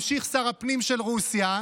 ממשיך שר הפנים של רוסיה,